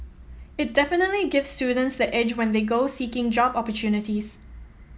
it definitely gives students the edge when they go seeking job opportunities